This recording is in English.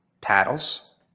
paddles